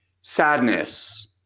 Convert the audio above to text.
sadness